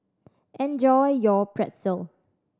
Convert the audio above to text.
enjoy your Pretzel